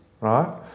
right